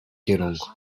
kierunku